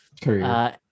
career